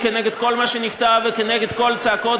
כנגד כל מה שנכתב וכנגד כל צעקות